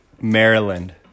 Maryland